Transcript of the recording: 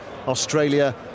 Australia